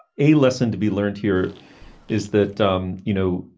a lesson to be learned here is that, um you know,